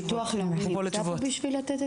ביטוח לאומי יכול לתת את